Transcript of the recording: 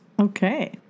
Okay